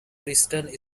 preston